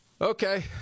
Okay